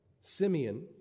Simeon